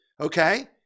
okay